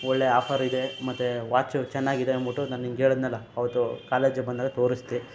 ಒಳ್ಳೆ ಆಫರಿದೆ ಮತ್ತು ವಾಚು ಚೆನ್ನಾಗಿದೆ ಅಂದ್ಬಿಟ್ಟು ನಾನು ನಿಂಗೆ ಹೇಳಿದ್ನಲ್ಲ ಆವತ್ತು ಕಾಲೇಜ್ಗೆ ಬಂದಾಗ ತೋರಿಸಿದೆ